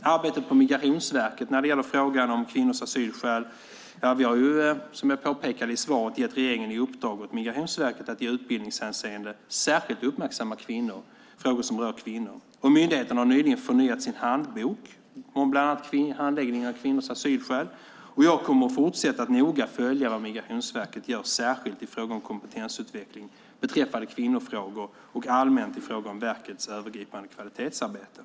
När det gäller Migrationsverkets arbete med kvinnors asylskäl har regeringen, som jag påpekade i mitt första inlägg, gett verket i uppdrag att i utbildningshänseende särskilt uppmärksamma frågor som rör kvinnor. Myndigheten har nyligen förnyat sin handbok om bland annat handläggningen av kvinnors asylskäl. Jag kommer att fortsätta att noga följa vad Migrationsverket gör, särskilt i fråga om kompetensutveckling beträffande kvinnofrågor och allmänt i fråga om verkets övergripande kvalitetsarbete.